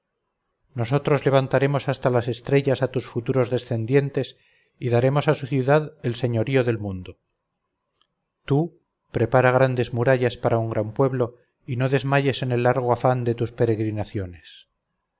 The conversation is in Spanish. nosotros levantaremos hasta las estrellas a tus futuros descendientes y daremos a su ciudad el señorío del mundo tú prepara grandes murallas para un gran pueblo y no desmayes en el largo afán de tus peregrinaciones